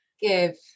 Give